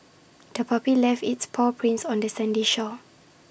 the puppy left its paw prints on the sandy shore